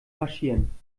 marschieren